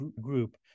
group